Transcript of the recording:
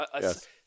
Yes